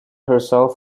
herself